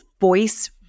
voice